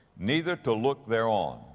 neither to look thereon.